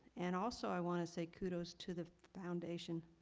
and also i want to say kudos to the foundation.